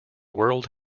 world